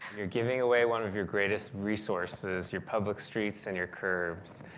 you're giving away one of your greatest resources, your public streets and your curves,